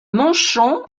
manchon